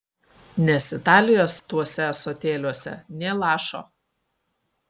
nes italijos tuose ąsotėliuose nė lašo